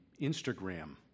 Instagram